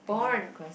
!aiya! of course